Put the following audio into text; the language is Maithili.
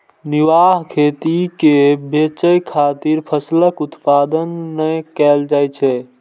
निर्वाह खेती मे बेचय खातिर फसलक उत्पादन नै कैल जाइ छै